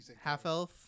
half-elf